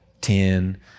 ten